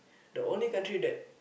the only country that